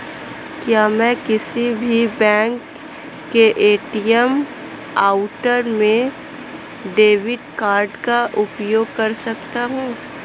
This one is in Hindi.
क्या मैं किसी भी बैंक के ए.टी.एम काउंटर में डेबिट कार्ड का उपयोग कर सकता हूं?